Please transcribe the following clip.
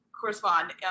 correspond